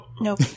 nope